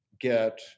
get